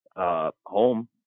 Home